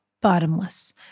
bottomless